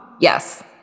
yes